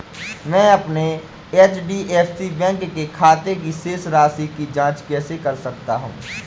मैं अपने HDFC bank के खाते की शेष राशि की जाँच कैसे कर सकता हूँ?